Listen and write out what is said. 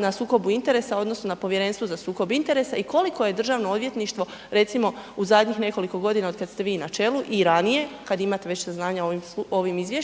na sukobu interesa odnosno na Povjerenstvu za sukob interesa i koliko je Državno odvjetništvo recimo u zadnjih nekoliko godina od kada ste vi na čelu i ranije, kada već imate saznanja o ovim izvješćima